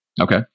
Okay